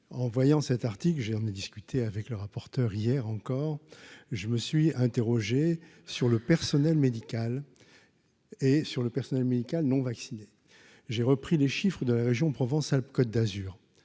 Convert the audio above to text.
en voyant cet article j'ai emmené discuter discuté avec le rapporteur, hier encore, je me suis interrogé sur le personnel médical et sur le personnel médical non vaccinés, j'ai repris les chiffres de la région Provence Côte d'Azur